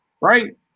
right